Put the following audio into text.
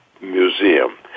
Museum